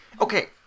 Okay